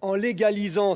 en légalisant,